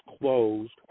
closed